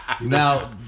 Now